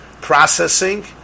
processing